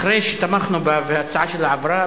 אחרי שתמכנו בה וההצעה שלה עברה,